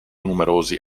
numerosi